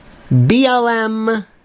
BLM